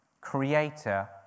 creator